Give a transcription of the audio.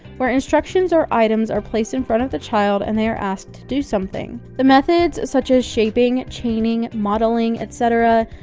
where instructions or items are placed in front of the child and they are asked to do something. the methods such as shaping, chaining, modeling, etc,